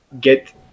get